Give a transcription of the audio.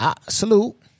Salute